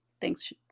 Thanks